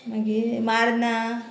मागीर मारना